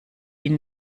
ihn